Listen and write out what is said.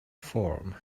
form